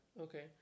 Okay